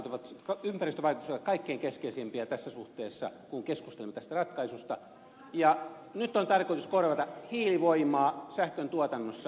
ympäristövaikutukset ovat kaikkein keskeisimpiä tässä suhteessa kun keskustelemme tästä ratkaisusta ja nyt on tarkoitus korvata hiilivoimaa sähköntuotannossa